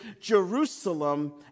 Jerusalem